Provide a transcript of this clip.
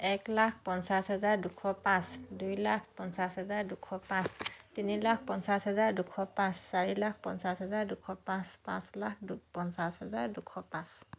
এক লাখ পঞ্চাছ হাজাৰ দুশ পাঁচ দুই লাখ পঞ্চাছ হাজাৰ দুশ পাঁচ তিনি লাখ পঞ্চাছ হাজাৰ দুশ পাঁচ চাৰি লাখ পঞ্চাছ হাজাৰ দুশ পাঁচ পাঁচ লাখ পঞ্চাছ হাজাৰ দুশ পাঁচ